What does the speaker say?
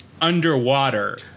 underwater